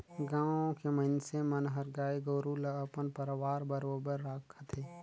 गाँव के मइनसे मन हर गाय गोरु ल अपन परवार बरोबर राखथे